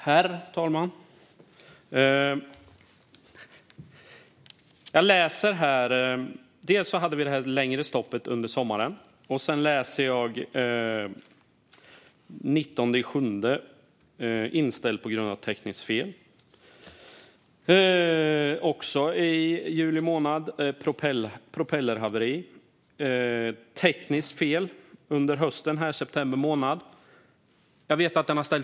Herr talman! Vi hade ett längre stopp under sommaren. Jag ser i papperet framför mig att färjan den 19 juli var inställd på grund av tekniskt fel. I juli månad inträffade också ett propellerhaveri. Under hösten - i september månad - inträffade ett tekniskt fel.